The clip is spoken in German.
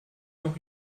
noch